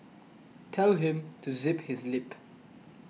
tell him to zip his lip